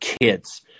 kids